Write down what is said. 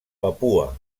papua